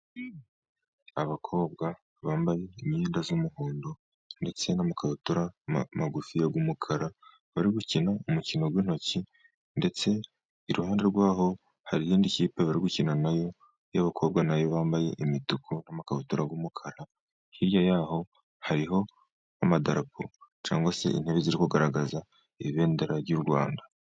Abakobwa bambaye imyenda y'umuhondo, ndetse n'amakabutura magufi y'umukara, bari gukina umukino w'intoki. Ndetse iruhande rw'aho, hari indi kipe bari gukina nayo y'abakobwa, nayo bambaye imituku, amakabutura y'umukara. Hirya yaho, hariho n'amadarapo cyangwa se intebe ziri kugaragaza ibendera ry'u Rwanda.